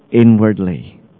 inwardly